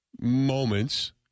moments